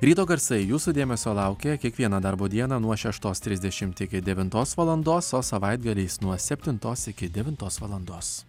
ryto garsai jūsų dėmesio laukia kiekvieną darbo dieną nuo šeštos trisdešimt iki devintos valandos o savaitgaliais nuo septintos iki devintos valandos